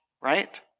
right